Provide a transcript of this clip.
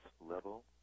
level